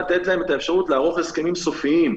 לתת להן את האפשרות לערוך הסכמים סופיים,